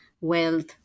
wealth